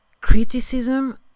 criticism